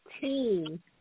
team